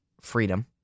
freedom